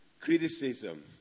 criticism